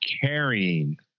carrying